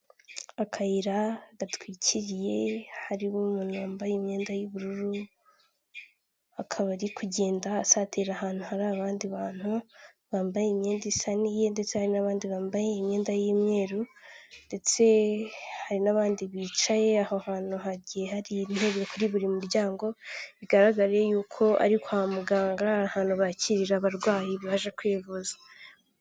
Akayira gatwikiriye, harimo umuntu wambaye imyenda y'ubururu, akaba ari kugenda asatira ahantu hari abandi bantu bambaye imyenda isa n'iye ndetse hari n'abandi bambaye imyenda y'imyeru ndetse hari n'abandi bicaye, aho hantu hagiye hari intebe kuri buri muryango bigaragariye yuko ari kwa muganga, ahantu bakirira abarwayi baje kwivuza.